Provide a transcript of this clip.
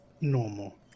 normal